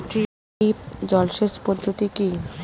Drip জল সেচ পদ্ধতি কি?